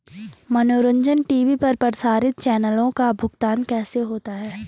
मनोरंजन टी.वी पर प्रसारित चैनलों का भुगतान कैसे होता है?